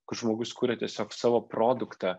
kad žmogus kuria tiesiog savo produktą